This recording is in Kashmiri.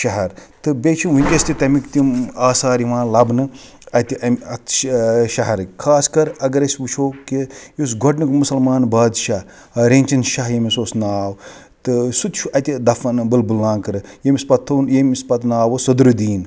شہر تہٕ بیٚیہِ چھِ وٕنکٮ۪س تہِ تَمِکۍ تِم آثار یِوان لَبنہٕ اَتہِ اَتھ شَہرٕکۍ خاص کر اگر أسۍ وٕچھو کہِ یُس گۄڈنیُک مسلمان بادشاہ رینٛچِن شاہ ییٚمِس اوس ناو تہٕ سُہ تہِ چھُ اَتہِ دَفن بُلبُل لانکرٕ ییٚمِس پتہٕ تھووُن یٚیمِس پتہٕ ناو اوس سدرُالدیٖن